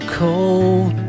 cold